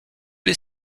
les